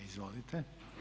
Izvolite.